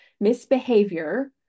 misbehavior